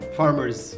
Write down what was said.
farmers